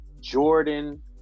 Jordan